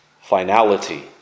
finality